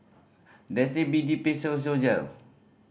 Dentiste B D Physiogel